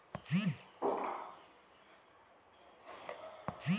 మంచి పంట కోసం ఎటువంటి ఎరువులు వాడాలి?